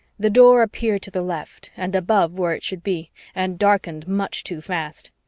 the door appeared to the left and above where it should be and darkened much too fast.